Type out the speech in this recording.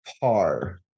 par